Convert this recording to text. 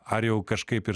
ar jau kažkaip ir